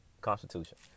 Constitution